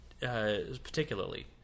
particularly